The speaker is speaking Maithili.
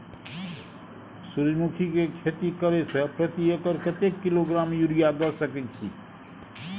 सूर्यमुखी के खेती करे से प्रति एकर कतेक किलोग्राम यूरिया द सके छी?